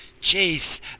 Jeez